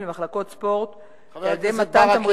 למחלקות ספורט על-ידי מתן תמריצים תקציביים?